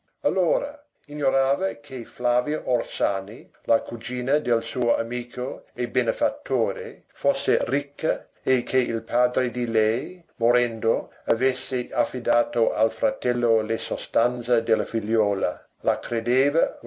allora ignorava che flavia orsani la cugina del suo amico e benefattore fosse ricca e che il padre di lei morendo avesse affidato al fratello le sostanze della figliuola la credeva